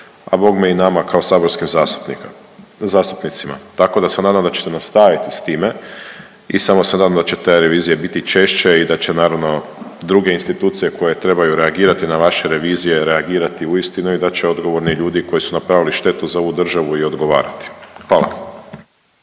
a bogme i nama kao saborskim zastupnicima, tako da se nadam da ćete nastaviti s time i samo se nadam da će te revizije biti češće i da će naravno druge institucije koje trebaju reagirati na vaše revizije reagirati uistinu i da će odgovorni ljudi koji su napravili štetu za ovu državu i odgovarati, hvala.